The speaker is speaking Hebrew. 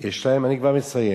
יש להם, אני כבר מסיים.